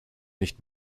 nicht